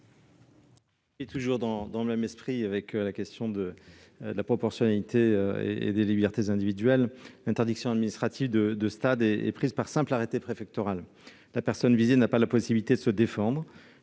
restons dans le même esprit, évoquant la problématique de la proportionnalité et des libertés individuelles. L'interdiction administrative de stade est prise par simple arrêté préfectoral. La personne visée n'a pas la possibilité de se défendre.